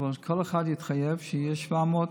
אבל שכל אחד יתחייב שיהיו 700,